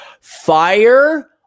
Fire